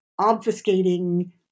obfuscating